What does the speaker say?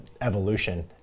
evolution